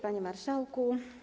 Panie Marszałku!